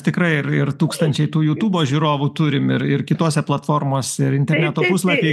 tikrai ir ir tūkstančiai tų jutubo žiūrovų turim ir ir kitose platformos ir interneto puslapy